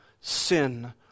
sin